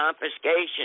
confiscation